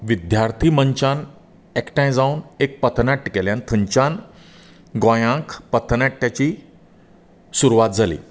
विद्यार्ती मंचान एकठांय जावन एक पथनाट्य केलें आनी थंयच्यान गोंयांक पथनाट्याची सुरवात जाली